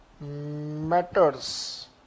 matters